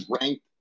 ranked